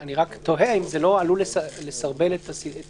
אני רק תוהה אם זה לא עלול לסרבל את המנגנון.